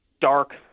dark